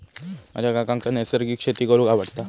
माझ्या काकांका नैसर्गिक शेती करूंक आवडता